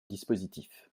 dispositif